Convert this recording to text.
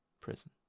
prison